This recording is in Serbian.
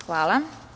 Hvala.